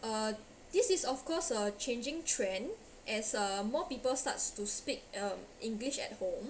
uh this is of course a changing trend as uh more people starts to speak uh english at home